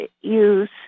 use